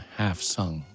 half-sung